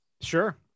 Sure